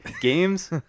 Games